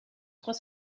trois